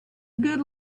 good